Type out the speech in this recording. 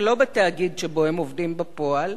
ולא בתאגיד שבו הם עובדים בפועל,